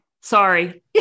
Sorry